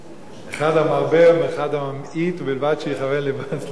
אחד המרבה ואחד הממעיט ובלבד שיכוון לבו לשמים.